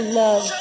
love